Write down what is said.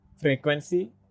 frequency